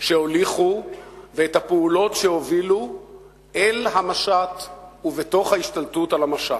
שהוליכו ואת הפעולות שהובילו אל המשט ובתוך ההשתלטות על המשט.